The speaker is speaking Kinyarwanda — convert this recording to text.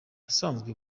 busanzwe